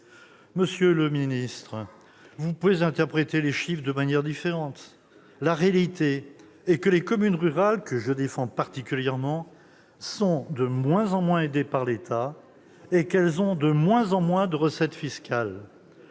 Monsieur le ministre, vous pouvez présenter les chiffres de manière tout autre, mais la réalité reste la même : les communes rurales, que je défends particulièrement, sont de moins en moins aidées par l'État et elles perçoivent de moins en moins de recettes fiscales.